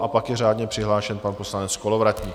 A pak je řádně přihlášen pan poslanec Kolovratník.